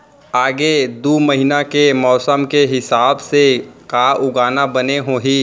आगे दू महीना के मौसम के हिसाब से का उगाना बने होही?